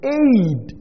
aid